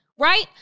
Right